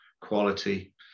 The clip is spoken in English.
quality